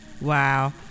Wow